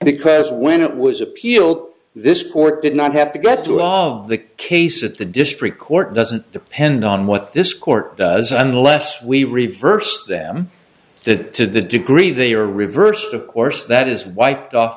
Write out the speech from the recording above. because when it was appealed this court did not have to get to of the case at the district court doesn't depend on what this court does unless we reverse them that to the degree they are reversed of course that is wiped off